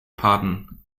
pardon